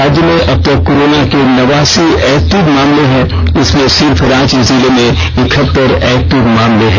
राज्य में अब तक कोरोना के नवासी एक्टिव मामले हैं इसमें सिर्फ रांची जिले में एकहत्तर एक्टिव मामले हैं